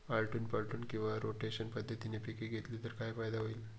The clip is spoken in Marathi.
आलटून पालटून किंवा रोटेशन पद्धतीने पिके घेतली तर काय फायदा होईल?